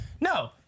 No